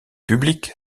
public